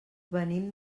venim